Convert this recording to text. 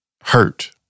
hurt